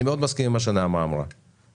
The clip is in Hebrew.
אני מסכים עם דברי נעמה לזימי,